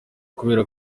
kubera